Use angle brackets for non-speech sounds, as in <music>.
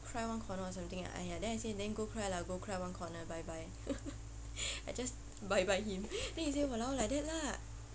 cry one corner or something like !aiya! then I say then go cry lah go cry one corner bye bye <laughs> I just bye bye him then he say !walao! like that lah